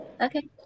Okay